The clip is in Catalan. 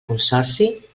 consorci